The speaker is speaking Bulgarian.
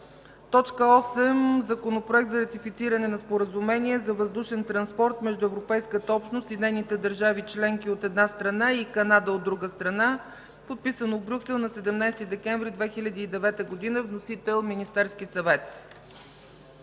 съвет. Законопроект за ратифициране на Споразумение за въздушен транспорт между Европейската общност и нейните държави членки, от една страна, и Канада, от друга страна, подписано в Брюксел на 17 декември 2009 г. Вносител е Министерският съвет.